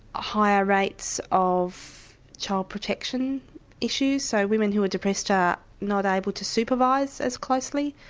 ah higher rates of child protection issues, so women who are depressed are not able to supervise as closely,